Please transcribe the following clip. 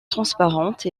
transparente